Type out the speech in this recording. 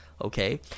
Okay